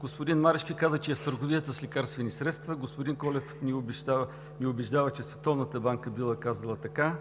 Господин Марешки каза, че е в търговията с лекарствени средства, господин Колев ни убеждава, че Световната банка била казала така,